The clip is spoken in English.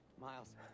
Miles